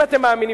אם אתם מאמינים,